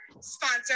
sponsor